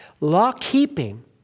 Law-keeping